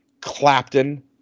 Clapton